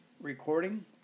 recording